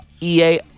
EA